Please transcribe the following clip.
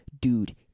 Dude